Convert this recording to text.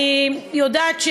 אני יודעת,